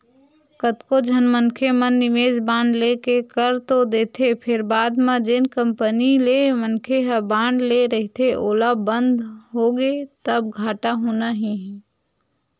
कतको झन मनखे मन निवेस बांड लेके कर तो देथे फेर बाद म जेन कंपनी ले मनखे ह बांड ले रहिथे ओहा बंद होगे तब घाटा होना ही हे